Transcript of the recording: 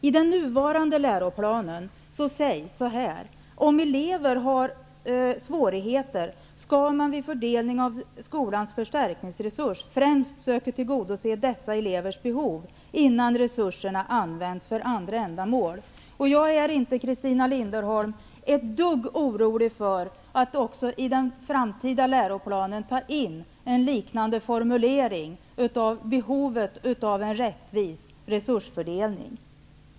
I den nuvarande läroplanen sägs att om elever har svårigheter skall man vid fördelning av skolans förstärkningsresurs främst söka tillgodose dessa elevers behov innan resurserna används för andra ändamål. Christina Linderholm, jag är inte ett dugg orolig för att även i den framtida läroplanen ta in en liknande formulering om behovet av en rättvis resursfördelning.